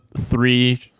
three